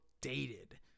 dated